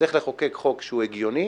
צריך לחוקק חוק שהוא הגיוני.